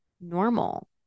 normal